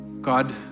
God